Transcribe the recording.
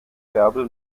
bärbel